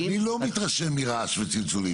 תקשיב, אני לא מתרשם מרעש וצלצולים ,תרגיע.